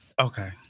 Okay